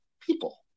people